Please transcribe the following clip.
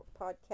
podcast